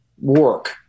work